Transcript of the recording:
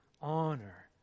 honor